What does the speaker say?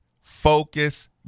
focus